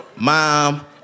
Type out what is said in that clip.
Mom